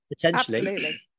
potentially